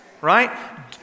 right